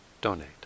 donate